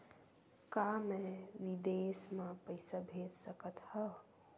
का मैं विदेश म पईसा भेज सकत हव?